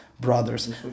brothers